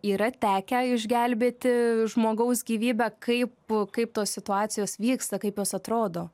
yra tekę išgelbėti žmogaus gyvybę kaip kaip tos situacijos vyksta kaip jos atrodo